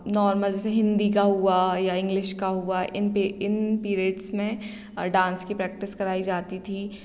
normal से हिंदी का हुआ या इंग्लिश का हुआ इन पी इन पीरियड्स में डांस की प्रैक्टिस कराई जाती थी